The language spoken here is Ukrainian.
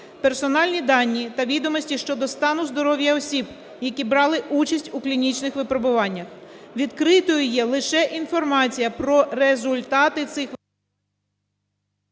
персональні дані та відомості щодо стану здоров'я осіб, які брали участь у клінічних випробуваннях, відкритою є лише інформація про результати цих… ГОЛОВУЮЧИЙ.